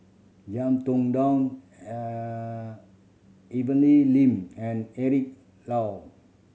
Tong Dow Evelyn Lin and Eric Low